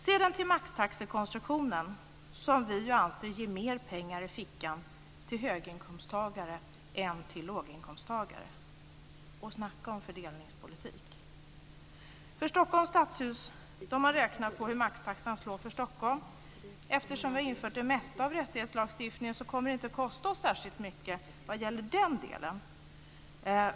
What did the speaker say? Sedan ska jag gå över till maxtaxekonstruktionen, som vi anser ger mer pengar i fickan till höginkomsttagare än till låginkomsttagare. Snacka om fördelningspolitik! I Stockholms stadshus har man räknat på hur maxtaxan slår för Stockholm. Eftersom vi har infört det mesta av rättighetslagstiftningen kommer det inte att kosta oss särskilt mycket vad gäller den delen.